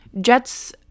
Jets